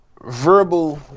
Verbal